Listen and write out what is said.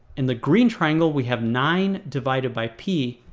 in the green triangle, we have nine divided by p.